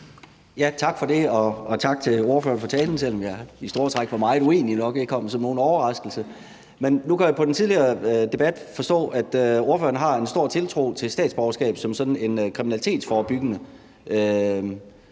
Tak for det, og tak til ordføreren for talen, selv om jeg i store træk var meget uenig. Det kommer nok ikke som nogen overraskelse. Men nu kunne jeg på debatten tidligere forstå, at ordføreren har stor tiltro til statsborgerskab som sådan en kriminalitetsforebyggende